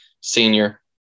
senior